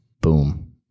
boom